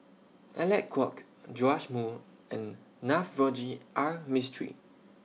Alec Kuok Joash Moo and Navroji R Mistri